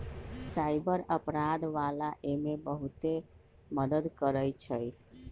cyber अपराध वाला एमे बहुते मदद करई छई